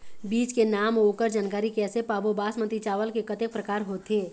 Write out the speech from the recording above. बीज के नाम अऊ ओकर जानकारी कैसे पाबो बासमती चावल के कतेक प्रकार होथे?